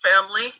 family